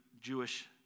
Jewish